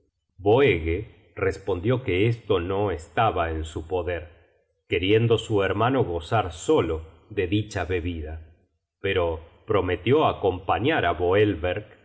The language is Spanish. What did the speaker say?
boege respondió que esto no estaba en su poder queriendo su hermano gozar solo de dicha bebida pero prometió acompañar á